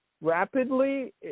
rapidly